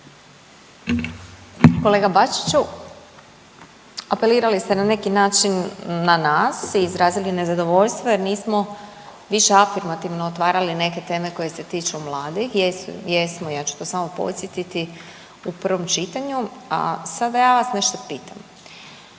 Kolega Bačiću apelirali ste na neki način na nas i izrazili nezadovoljstvo jer nismo više afirmativno otvarali neke teme koje se tiču mladih. Jesmo, ja ću to samo podsjetiti u prvom čitanju. A sad da ja vas nešto pitam.